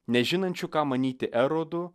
nežinančių ką manyti erodu